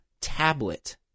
tablet